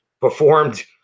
performed